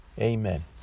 Amen